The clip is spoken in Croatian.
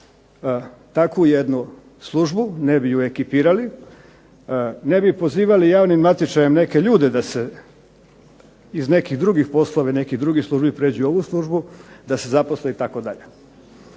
takvu jednu službu, ne bi ju ekipirali, ne bi pozivali javnim natječajem neke ljude da se iz nekih drugih poslova i nekih drugih službi pređu u ovu službu, da se zaposle itd.